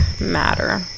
matter